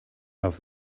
loved